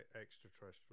extraterrestrial